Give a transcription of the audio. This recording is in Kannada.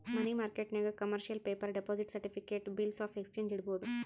ಮನಿ ಮಾರ್ಕೆಟ್ನಾಗ್ commercial paper, deposit certificate, bills of exchange ಇಡ್ಬೋದ್